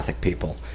people